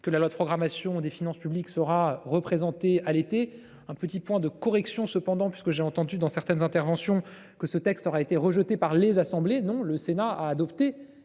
que la loi de programmation des finances publiques sera représenté à l'été un petit point de correction cependant parce que j'ai entendu dans certaines interventions que ce texte aurait été rejeté par les assemblées. Non, le Sénat a adopté